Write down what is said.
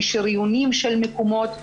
משריונים של מקומות לנשים,